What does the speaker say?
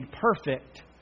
perfect